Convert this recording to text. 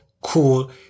cool